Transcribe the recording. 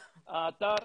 פאפי,